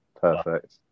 Perfect